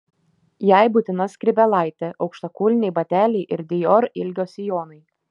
jai būtina skrybėlaitė aukštakulniai bateliai ir dior ilgio sijonai